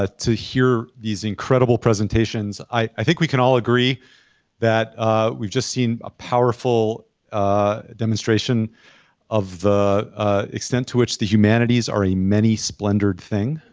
ah to hear these incredible presentations. i think we can all agree that we've just seen a powerful demonstration of the extent to which the humanities are a many splendored thing.